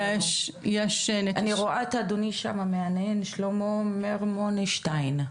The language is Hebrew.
אני רואה את אדוני שם מהנהן, שלמה מרמורשטיין.